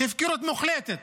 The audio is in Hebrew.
הפקרות מוחלטת.